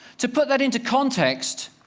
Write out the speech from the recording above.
to put that into context,